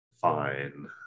fine